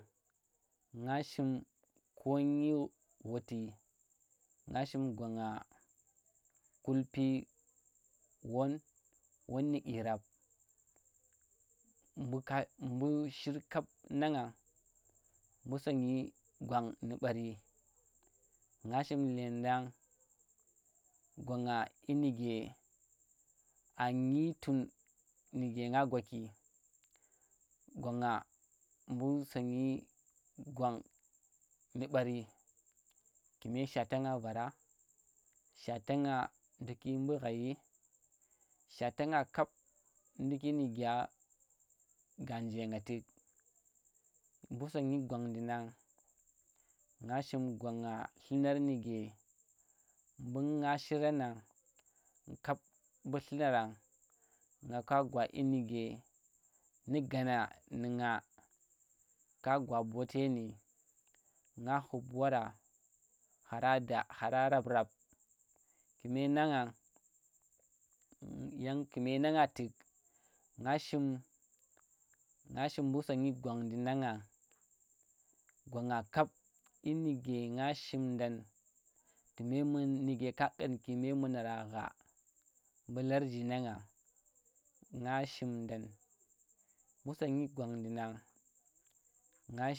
Nga shim konyi ghuti, nga shim gwan nga kulpi wan, wan dyi dyirap mbu ka, mbu shir kap nang nga mbu sonyi gwang nu ɓari. Nga shim llendeng gwan nga dyi nuke, a nyi tun nuge ngga gwaki, gwan nga mbu sonyi gwang nu ɓari kume shata nga vara, shata nga nduki ɓu ghaiyi, shata nga kap nduki nu gya gan nje nga tuk. Mbu snoyi gwanɗi nang, nga shim gwan nga tlunor nuge, mbu nga shiran nang kap mbu llunarang, nga ka gwa dyi nuke nu gana nu̱ nga ka gwa bote nu̱ nga khup wara, khara da, khara rab, rab. Ku̱ me nang nga, yang ku̱me nang nga tu̱k nga shim, nga shim mbu sonyi gwang ɗi nang nga, gwan nga kap dyi nu̱ge nga shimdam kume men, nuge ka ƙanki memunara gha mbu larji nang nga, nga shimdan mbu sonyi gwanɗi nang.